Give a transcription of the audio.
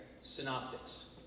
synoptics